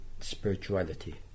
spirituality